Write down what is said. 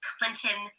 Clinton